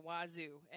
wazoo